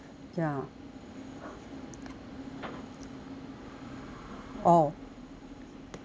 oh